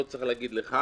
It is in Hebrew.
לא צריך להגיד לך,